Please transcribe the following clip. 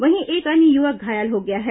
वहीं एक अन्य युवक घायल हो गया है